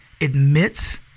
admits